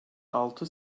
altı